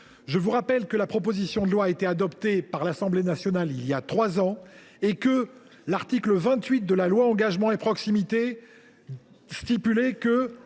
Je vous rappelle que la proposition de loi a été adoptée par l’Assemblée nationale voilà trois ans. En outre, l’article 28 de la loi Engagement et Proximité est ainsi